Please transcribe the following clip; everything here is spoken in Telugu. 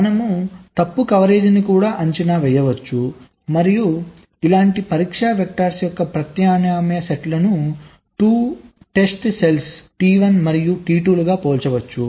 మనము తప్పు కవరేజీని కూడా అంచనా వేయవచ్చు మరియు ఇలాంటి పరీక్షా వెక్టర్స్ యొక్క ప్రత్యామ్నాయ సెట్లను 2 టెస్ట్ సెల్స్ T1 మరియు T2 లు గా పోల్చవచ్చు